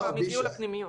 80 מתוכם הגיעו לפנימיות.